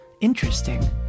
interesting